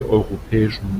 europäischen